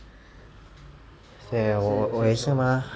对我也是吗